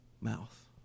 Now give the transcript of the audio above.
mouth